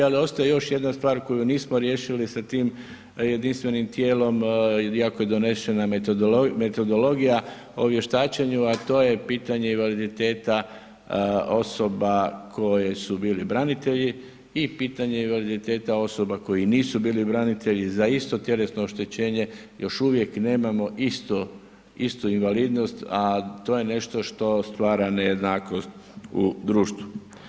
Ali ostaje još jedna stvar koju nismo riješili sa tim jedinstvenim tijelom, iako je donešena metodologija o vještačenju, a to je pitanje invaliditeta osoba koje su bili branitelji i pitanje invaliditeta osoba koji nisu bili branitelji za isto tjelesno oštećenje još uvijek nemamo isto invalidnost, a to je nešto što stvara nejednakost u društvu.